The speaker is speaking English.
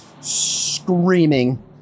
screaming